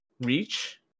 Reach